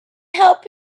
help